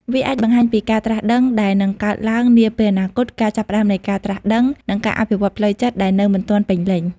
វាអាចបង្ហាញពីការត្រាស់ដឹងដែលនឹងកើតឡើងនាពេលអនាគត ការចាប់ផ្តើមនៃការត្រាស់ដឹង និងការអភិវឌ្ឍផ្លូវចិត្តដែលនៅមិនទាន់ពេញលេញ។